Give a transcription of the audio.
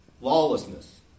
Lawlessness